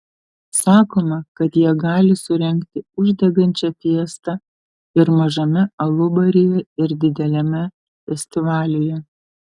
sakoma kad jie gali surengti uždegančią fiestą ir mažame alubaryje ir dideliame festivalyje